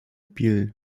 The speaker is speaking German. biel